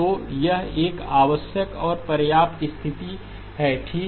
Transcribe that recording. तो यह एक आवश्यक और पर्याप्त स्थिति है ठीक